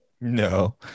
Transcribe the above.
No